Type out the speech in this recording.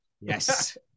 Yes